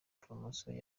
promotion